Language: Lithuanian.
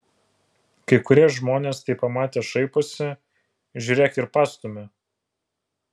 kai kurie žmonės tai pamatę šaiposi žiūrėk ir pastumia